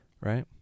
right